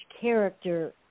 character